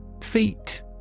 Feet